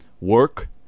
Work